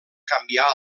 canviar